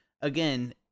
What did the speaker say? again